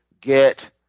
get